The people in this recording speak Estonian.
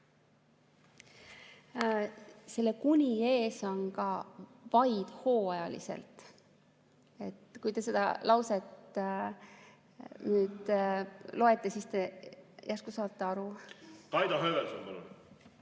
Selle "kuni" ees on ka "vaid hooajaliselt". Kui te seda lauset loete, siis te järsku saate aru. Kaido Höövelson, palun!